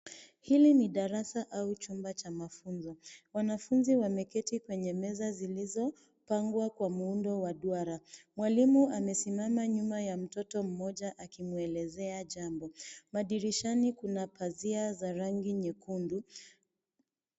Hili ni darasa au chumba cha mafunzo. Wanafuzi wameketi kwenye meza zilizopangwa kwa muundo wa duara. Mwalimu amesimama nyuma ya mtoto mmoja akimwelezea jambo. Madirishani kuna pazia za rangi nyekundu.